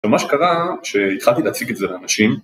ומה שקרה שהתחלתי להציג את זה לאנשים